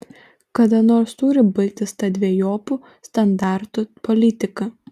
kada nors turi baigtis ta dvejopų standartų politika